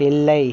இல்லை